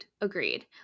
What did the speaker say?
Agreed